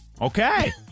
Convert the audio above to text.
Okay